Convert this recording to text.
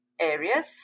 areas